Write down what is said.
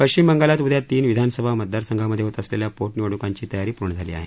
पश्चिम बंगालात उद्या तीन विधानसभा मतदारसंघामधे होत असलेल्या पो निवडणूकांची तयारी पूर्ण झाली आहे